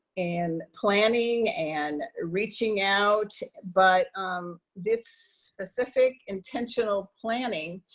and planning and reaching out. but this specific, intentional planning,